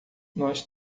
nós